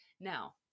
Now